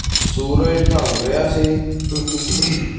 ਸੂਰਜ ਢਲ ਰਿਹਾ ਸੀ